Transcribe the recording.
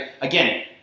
again